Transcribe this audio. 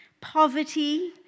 poverty